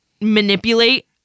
manipulate